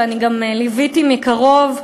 ואני גם ליוויתי מקרוב,